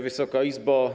Wysoka Izbo!